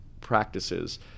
practices